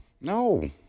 No